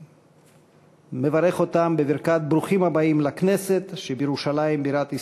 בברכת ברוכים הבאים לכנסת שבירושלים בירת ישראל,